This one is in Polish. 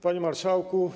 Panie Marszałku!